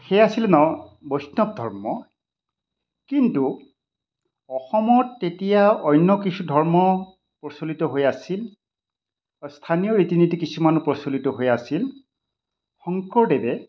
সেই আছিলে ন বৈষ্ণৱ ধৰ্ম কিন্তু অসমত তেতিয়া অন্য কিছু ধৰ্ম প্ৰচলিত হৈ আছিল স্থানীয় ৰীতি নীতি কিছুমানো প্ৰচলিত হৈ আছিল শংকৰদেৱে